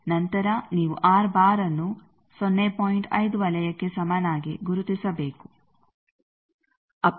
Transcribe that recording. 5 ವಲಯಕ್ಕೆ ಸಮನಾಗಿ ಗುರುತಿಸಬೇಕು